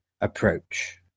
approach